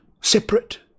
separate